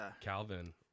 Calvin